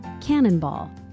Cannonball